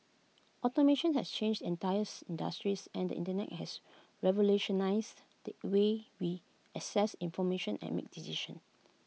automation has changed entire industries and the Internet has revolutionised the way we access information and make decisions